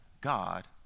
God